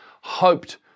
hoped